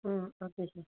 okay sir